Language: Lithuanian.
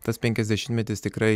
tas penkiasdešimtmetis tikrai